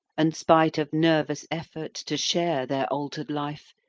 and, spite of nervous effort to share their alter'd life,